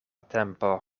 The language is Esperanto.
tempo